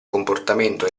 comportamento